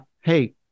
hey